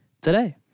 today